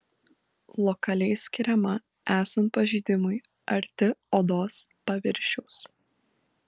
lokaliai skiriama esant pažeidimui arti odos paviršiaus